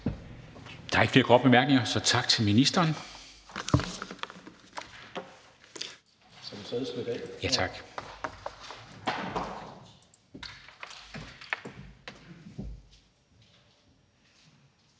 Der er ikke flere korte bemærkninger, så tak til Radikale